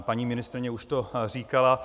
Paní ministryně už to říkala.